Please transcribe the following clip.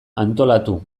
antolatu